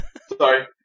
Sorry